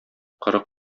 коры